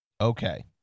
Okay